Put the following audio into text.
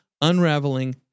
unraveling